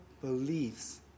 beliefs